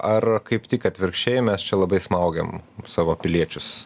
ar kaip tik atvirkščiai mes čia labai smaugiam savo piliečius